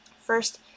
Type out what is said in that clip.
First